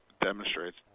demonstrates